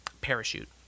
parachute